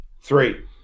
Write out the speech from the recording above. three